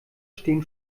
stehen